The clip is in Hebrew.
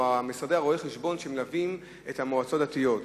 או משרדי רואי-החשבון שמלווים את המועצות הדתיות.